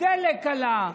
הדלק עלה,